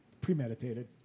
Premeditated